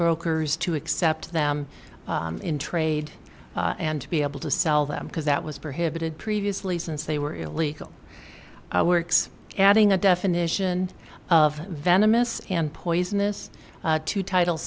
brokers to accept them in trade and to be able to sell them because that was prohibited previously since they were illegal works adding a definition of venomous and poisonous to title